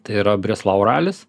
tai yra breslau ralis